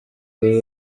buri